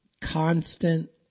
constant